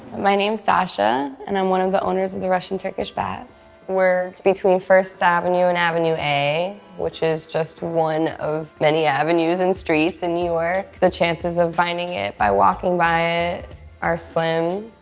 my name is dasha, and i'm one of the owners of and the russian-turkish baths. we're between first avenue and avenue a, which is just one of many avenues and streets in new york. the chances of finding it by walking by it are slim.